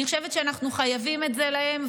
אני חושבת שאנחנו חייבים את זה להם.